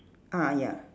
ah ya